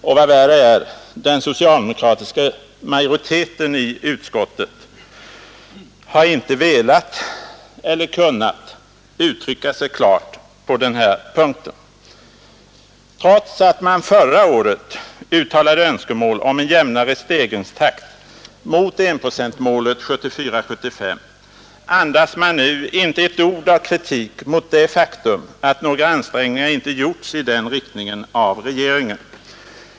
Och vad värre är, den socialdemokratiska majoriteten i utskottet har inte velat — eller kunnat — uttrycka sig klart på den här punkten. Trots att man förra året uttalade önskemål om en jämnare stegringstakt mot enprocentsmålet 1974/75, andas man nu inte ett ord av kritik mot det faktum att några ansträngningar inte gjorts i den riktningen av regeringen.